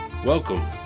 Welcome